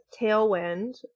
tailwind